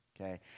Okay